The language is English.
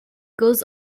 goes